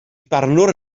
barnwr